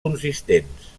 consistents